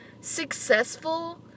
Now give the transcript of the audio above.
successful